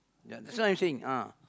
ya that's why I'm saying ah